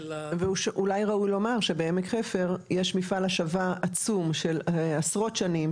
אולי ראוי לומר שבעמק חפר יש מפעל השבה עצום של עשרות שנים,